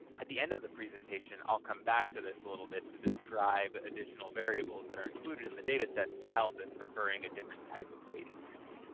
at the end of the presentation i'll come back to this a little bit to describe additional variables that are included in the data sets to help if preferring a different type of weighting scheme.